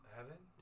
Heaven